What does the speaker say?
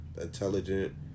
intelligent